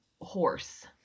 horse